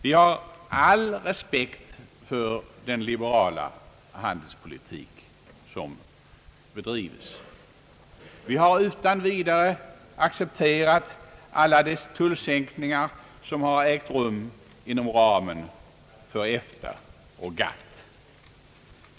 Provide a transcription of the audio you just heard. Vi har all respekt för den liberala handelspolitik som bedrivs. Vi har utan vidare accepterat alla de tullsänkningar som har ägt rum inom ramen för EFTA och GATT.